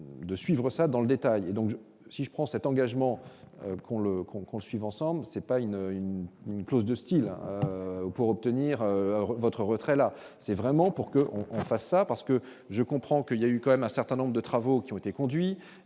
de suivre ça dans le détail, donc si je prends cet engagement qu'on le concours suivent ensemble, c'est pas une une une clause de Style pour obtenir votre retrait, là c'est vraiment pour que on fasse ça parce que je comprends que, il y a eu quand même un certain nombre de travaux qui ont été conduits